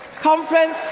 conference,